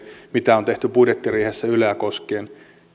mitä on tehty budjettiriihessä yleä koskien